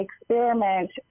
experiment